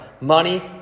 Money